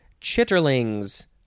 chitterlings